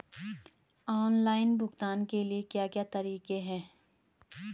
Online भुगतान के क्या क्या तरीके हैं?